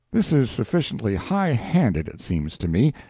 this is sufficiently high-handed, it seems to me.